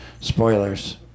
spoilers